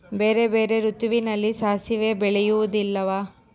ಬೇರೆ ಬೇರೆ ಋತುವಿನಲ್ಲಿ ಸಾಸಿವೆ ಬೆಳೆಯುವುದಿಲ್ಲವಾ?